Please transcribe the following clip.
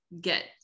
get